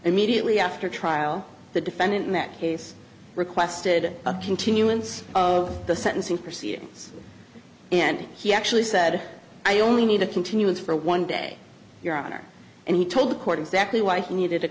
immediately after trial the defendant in that case requested a continuance of the sentencing proceedings and he actually said i only need a continuance for one day your honor and he told the court exactly why he needed a